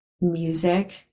music